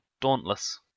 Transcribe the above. Dauntless